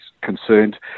concerned